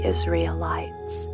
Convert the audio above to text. Israelites